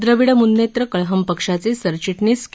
द्रविड मुन्नेत्र कळहम पक्षाचे सरचिटणीस के